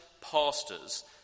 pastors